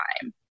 time